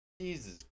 jesus